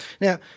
Now